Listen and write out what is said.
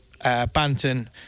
Banton